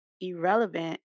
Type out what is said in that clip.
irrelevant